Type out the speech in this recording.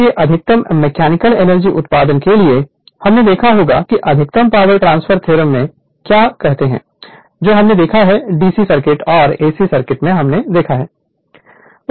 figure से अधिकतम mechanical energy उत्पादन के लिए सशर्त हमने देखा होगा कि अधिकतम पावर ट्रांसफर थ्योरम में क्या कहते हैं जो हमने देखे हैं d c सर्किट और ac सर्किट में हमने देखा है उस मामले में लोड रजिस्टेंस यह लोड रेजिस्टेंस r2 1S 1 है इसे r Thevenin r2 2 x Thevenin x 2 2 के बराबर होना चाहिए